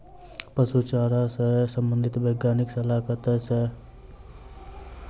पशु चारा सऽ संबंधित वैज्ञानिक सलाह कतह सऽ प्राप्त कैल जाय?